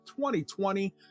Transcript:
2020